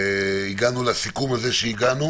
והגענו לסיכום הזה שהגענו